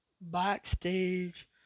backstage